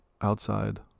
outside